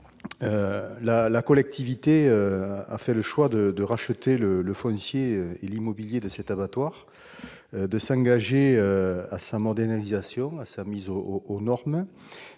la collectivité a fait le choix de racheter le foncier et l'immobilier et d'engager sa modernisation et sa mise aux normes,